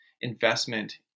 investment